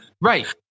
right